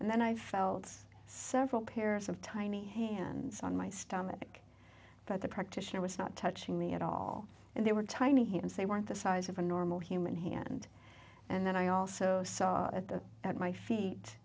and then i felt several pairs of tiny hands on my stomach but the practitioner was not touching me at all and they were tiny here and say weren't the size of a normal human hand and then i also saw at the at my feet